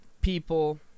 people